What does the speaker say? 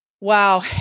Wow